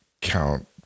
count